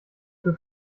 für